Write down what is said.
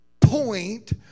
point